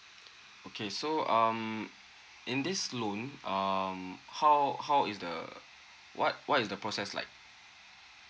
okay so um in this loan um how how is the what what is the process like